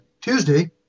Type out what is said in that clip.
Tuesday